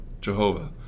Jehovah